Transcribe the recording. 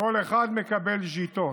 כל אחד מקבל ז'יטון.